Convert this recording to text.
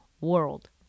world